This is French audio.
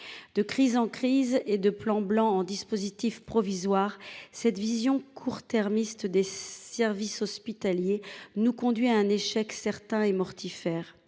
De crise en crise et de plan blanc en dispositif provisoire, la vision court termiste des services hospitaliers nous conduit à un échec certain et mortifère.